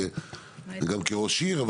וגם כראש עיר,